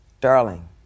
darling